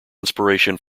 inspiration